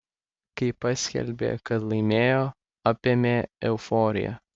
kai paskelbė kad laimėjo apėmė euforija